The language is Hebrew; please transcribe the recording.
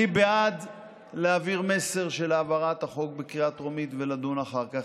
אני בעד להעביר מסר של העברת החוק בקריאה טרומית ולדון אחר כך.